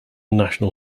national